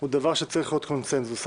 צריך להיות קונצנזוס.